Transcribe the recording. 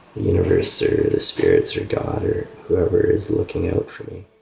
the universe or the spirits or god or whoever is looking out for me.